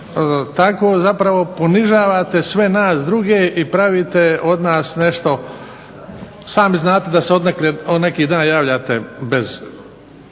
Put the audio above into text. tako zapravo ponižavate sve nas druge i pravite od nas nešto. Sami znate da se od neki dan javljate bez